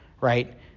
right